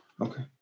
Okay